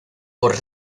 por